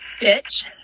Bitch